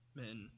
men